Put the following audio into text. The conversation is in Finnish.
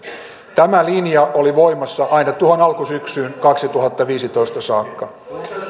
tämä linja oli voimassa aina tuohon alkusyksyyn kaksituhattaviisitoista saakka